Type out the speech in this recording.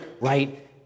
right